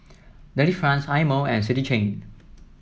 Delifrance Eye Mo and City Chain